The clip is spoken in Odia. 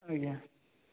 ଆଜ୍ଞା